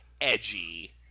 edgy